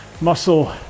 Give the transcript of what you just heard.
muscle